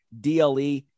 DLE